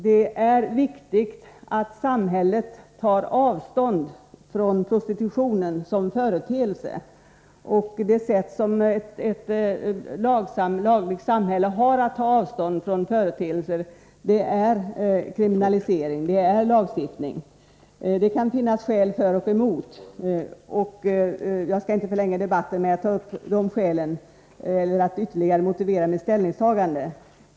Det är viktigt att samhället tar avstånd från prostitutionen som företeelse, och det sätt som ett lagligt samhälle har att ta avstånd från företeelser är kriminalisering och lagstiftning. Det kan finnas skäl för och emot, men jag skall inte förlänga debatten med att ta upp de skälen eller med att ytterligre motivera mitt ställningstagande.